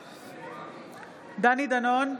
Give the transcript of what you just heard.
בעד דני דנון,